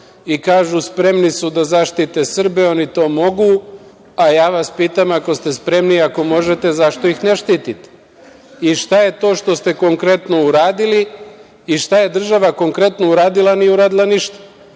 i kažu – spremni su da zaštite Srbe, oni to mogu. A ja vas pitam, ako ste spremni, ako možete, zašto ih ne štitite? I šta je to što ste konkretno uradili? Šta je država konkretno uradila? Nije uradila ništa.